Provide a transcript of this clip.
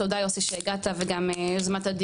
תודה יוסי שהגעת שבאת וגם יוזמת הדיון.